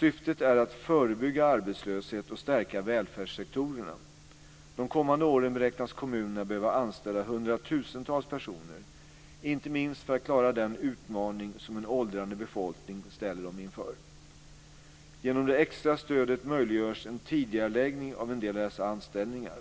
Syftet är att förebygga arbetslöshet och stärka välfärdssektorerna. De kommande åren beräknas kommunerna behöva anställa hundratusentals personer, inte minst för att klara den utmaning som en åldrande befolkning ställer dem inför. Genom det extra stödet möjliggörs en tidigareläggning av en del av dessa anställningar.